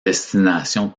destination